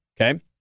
Okay